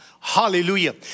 Hallelujah